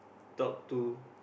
talk to